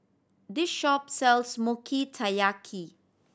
this shop sells Mochi Taiyaki